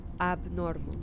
abnormal